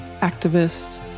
activist